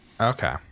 Okay